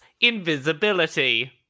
Invisibility